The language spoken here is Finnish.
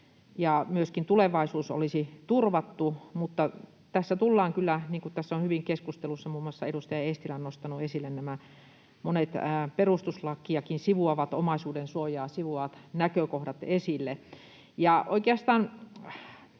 myöskin tulevaisuus olisi turvattu, mutta tässä tullaan kyllä — niin kuin tässä on hyvin keskustelussa muun muassa edustaja Eestilä nostanut esille — näihin moniin perustuslakiakin ja omaisuuden suojaa sivuaviin näkökohtiin.